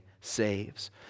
saves